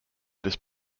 this